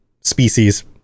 species